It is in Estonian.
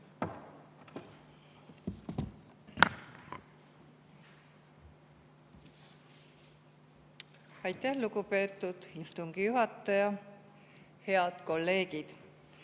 Aitäh, lugupeetud istungi juhataja! Head kolleegid!